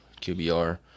QBR